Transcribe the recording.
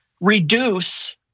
reduce